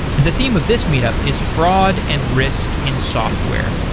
the theme of this meet up is fraud and risk in software.